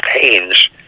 pains